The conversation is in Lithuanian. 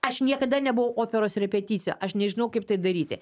aš niekada nebuvau operos repeticija aš nežinau kaip tai daryti